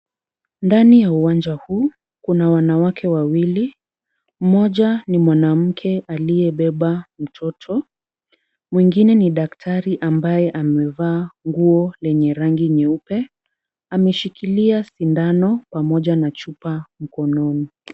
Ndani ya uwanja huu kuna wanawake wawili. Mmoja ni mwanamke aliyebeba mtoto, mwingine ni daktari ambaye amevaa nguo lenye rangi nyeupe. Ameshikilia sindano pamoja na chupa mkononi.